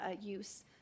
use